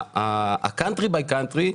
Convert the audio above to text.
ה-country by country,